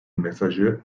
mesajı